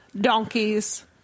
donkeys